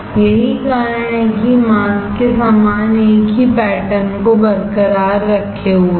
यही कारण है कि यह मास्क के समान एक ही पैटर्न को बरकरार रखे हुए है